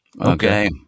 Okay